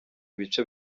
ibice